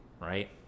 right